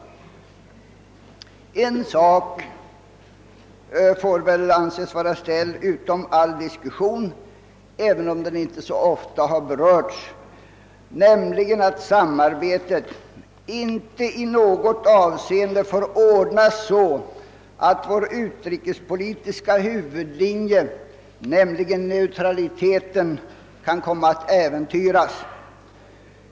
En sak får väl anses vara ställd utom all diskussion, nämligen att samarbetet inte i något avseende får ordnas så att vår utrikespolitiska huvudlinje, nämligen neutraliteten, kan komma att äventyras.